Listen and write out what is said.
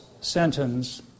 sentence